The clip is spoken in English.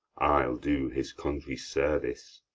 i'll do his country service.